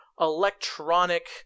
electronic